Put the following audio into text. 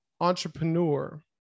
entrepreneur